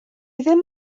ddim